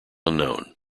unknown